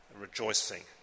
rejoicing